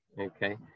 Okay